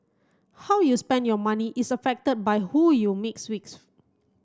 how you spend your money is affected by who you mix with